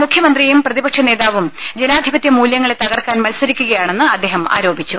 മുഖ്യമന്ത്രിയും പ്രതിപക്ഷ നേതാവും ജനാധിപത്യ മൂല്യങ്ങളെ തകർക്കാൻ മത്സരിക്കുകയാണെന്ന് അദ്ദേഹം ആരോ പിച്ചു